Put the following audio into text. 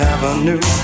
Avenue